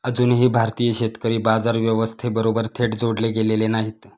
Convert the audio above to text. अजूनही भारतीय शेतकरी बाजार व्यवस्थेबरोबर थेट जोडले गेलेले नाहीत